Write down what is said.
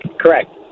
correct